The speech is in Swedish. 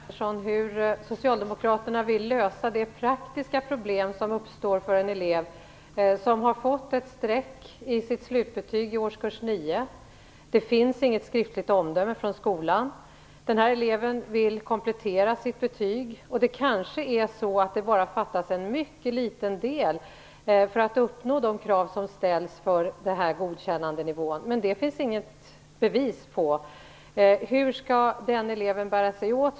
Herr talman! Jag vill fråga Ingegerd Wärnersson hur Socialdemokraterna vill lösa det praktiska problem som uppstår för en elev som har fått ett streck i sitt slutbetyg i årskurs 9. Det finns inget skriftligt omdöme från skolan. Eleven vill komplettera sitt betyg. Det kanske är så att det bara fattas en mycket liten del för att eleven skall uppnå de krav som ställs för godkännandenivån, men det finns det inget bevis på. Hur skall den eleven bära sig åt?